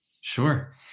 Sure